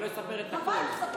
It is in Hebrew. ולא אספר את הכול.